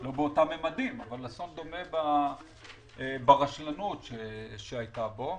לא באותם ממדים אבל אסון דומה ברשלנות שהייתה בו,